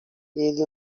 ele